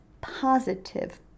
positive